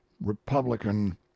Republican